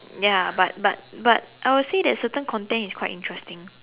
ya but but but I would say that certain content is quite interesting